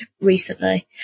recently